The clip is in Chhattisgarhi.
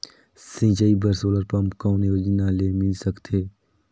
सिंचाई बर सोलर पम्प कौन योजना ले मिल सकथे?